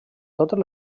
totes